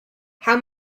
how